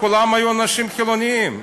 כולם היו אנשים חילונים.